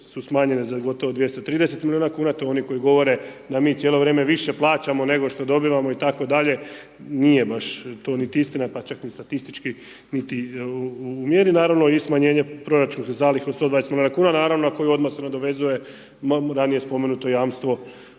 su smanjenje gotovo 230 milijuna kn. To je oni koji govore da mi cijelo vrijeme više plaćamo, nego što dobivamo, itd. nije baš to niti istina, pa čak ni statistički, ni u mjeri, naravno i smanjenje proračunskih zaliha od 120 milijuna, naravno a koji odmah se nadovezuje ranije spomenuto jamstvo